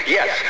Yes